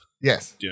yes